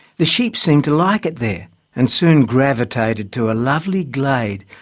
the sheep seemed to like it there and soon gravitated to a lovely glade,